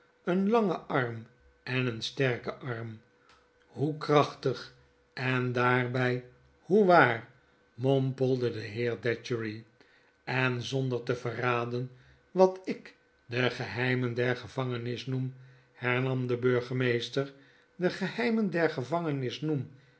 een lange arm en een sterke arm hoe krachtig en daarby hoe waar mompelde de heer datchery en zonder te verraden wat ik de geheimen der gevangenis noem hernam de burgemeester de geheimen der gevangenis noem